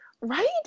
right